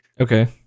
Okay